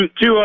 two